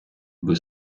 аби